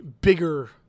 bigger